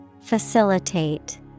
Facilitate